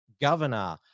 Governor